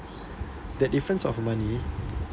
that difference of money